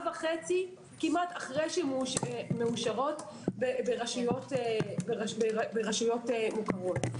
וחצי כמעט אחרי שמאושרות ברשויות מוכרות.